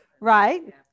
Right